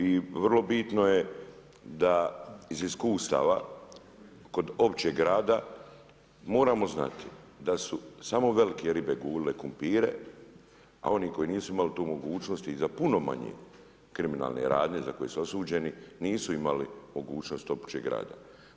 I vrlo bitno je da iz iskustava kod općeg rada moramo znati da su samo velike ribe gulile krumpire, a oni koji nisu imali tu mogućnost i za puno manje kriminalne radnje za koje su osuđeni nisu imali mogućnost općeg rada.